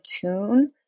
tune